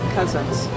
cousins